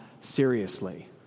seriously